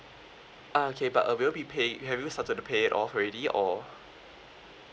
ah okay but uh will you be paying have you started to pay it off already or